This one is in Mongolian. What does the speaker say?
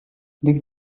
нэг